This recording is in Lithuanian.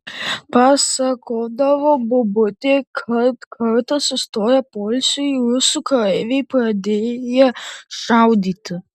pasakodavo bobutė kad kartą sustoję poilsiui rusų kareiviai pradėję šaudyti